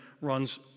runs